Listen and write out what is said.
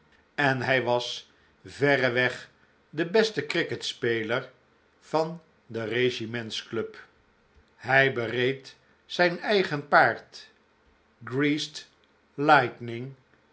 en hij was verreweg de beste cricketspeler van de regimentsclub hij bereed zijn eigen paard greased lightning